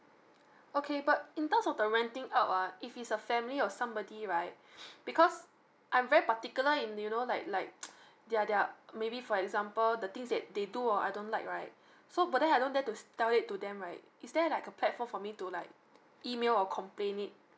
okay but in terms of the renting out ah if it's a family or somebody right because I'm very particular in you know like like their their maybe for example the things that they do or I don't like right so but then I don't dare to tell it to them right is there like a platform for me to like email or complain it